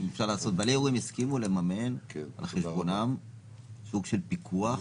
בעלי אירועים הסכימו לממן על חשבונם סוג של פיקוח